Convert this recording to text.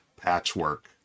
Patchwork